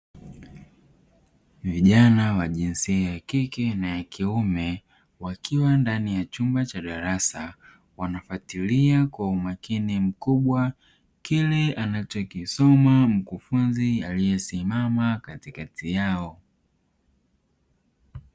Vijana wa jinsia ya kike na kiume wakiwa ndani ya chumba cha darasa, wanafuatilia kwa umakini kile anachokisoma mkufunzi aliyesimama katikati yao.